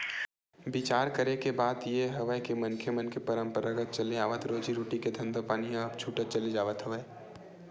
बिचार करे के बात ये हवय के मनखे मन के पंरापरागत चले आवत रोजी रोटी के धंधापानी ह अब छूटत चले जावत हवय